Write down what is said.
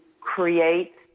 create